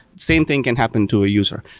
same thing can happen to a user.